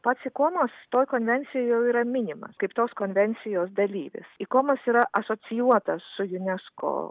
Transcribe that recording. pats ikomos toj konvencijoj jau yra minima kaip tos konvencijos dalyvis ikomos yra asocijuotas su unesco